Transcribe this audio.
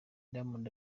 diamond